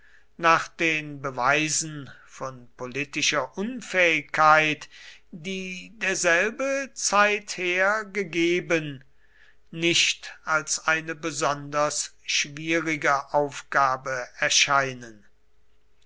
nach den beweisen von politischer unfähigkeit die derselbe zeither gegeben nicht als eine besonders schwierige aufgabe erscheinen